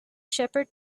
shepherd